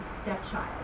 stepchild